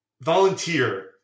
volunteer